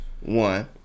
one